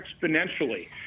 exponentially